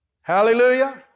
Hallelujah